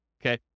okay